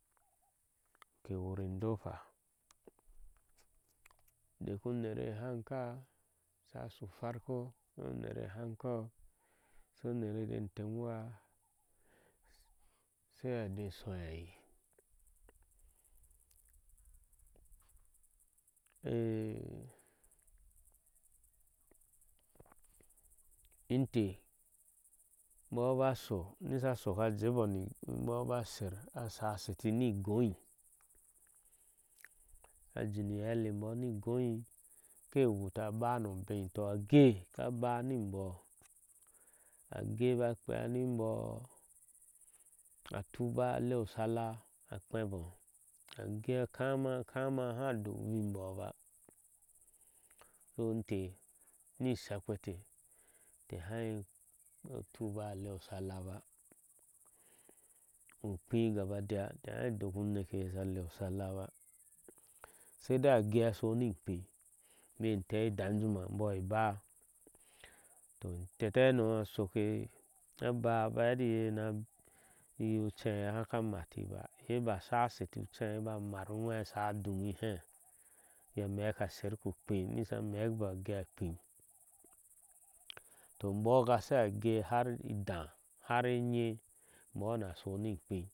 Ke wur ŋdofa de ku nɛr hanka sha shu farko sai unɛr hankɔɔk sai unɛr temuwah sai de shu hei inte ŋbo ba sho nisa shoka jeboh nboba sher asha shetini goi ajini hebe ni ŋgoi ke wuta abah no beitɔ age ka baniboh age ba kpiya ŋingoh a tuba a leu salla a kpeboh age akama kama aha dokibimbo ba hu inteh ni shiekpehtɛ kɛ hai tuba lɛu salla ba ukphin gaba deya ke hai dokiyir nekke ye sa heu salla ba. saidai age asho nin ukphim be ŋtei danju ma mboi ɛba tɔ tete hano shokɛ aba ba hetiye ucheye haka matiba ye ba sha sheti ucheye ba mam uŋwɛ sha dungi he ye amɛka sherik u ukphin nisha mekbo ge akphin tɔ mboh ga she age hav indah, hav enyɛh mboh na sho ŋi kpin.